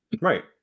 Right